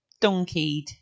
donkeyed